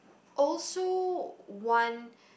also want